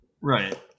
Right